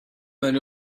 many